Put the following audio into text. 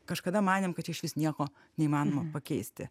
kažkada manėm kad čia išvis nieko neįmanoma pakeisti